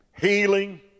healing